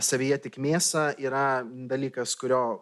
savyje tik mėsą yra dalykas kurio